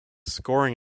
scoring